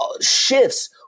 shifts